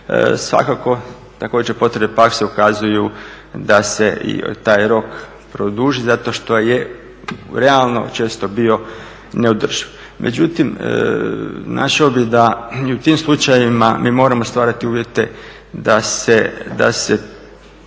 svakako također potrebe pak ukazuju da se taj rok produži zato što je realno često bio neodrživ. Međutim, našao bih da i u tim slučajevima mi moramo stvarati uvjete da se